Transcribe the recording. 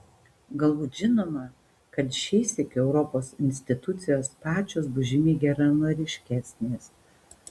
galbūt žinoma kad šįsyk europos institucijos pačios bus žymiai geranoriškesnės